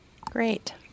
Great